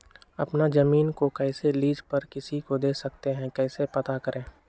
अपना जमीन को कैसे लीज पर किसी को दे सकते है कैसे पता करें?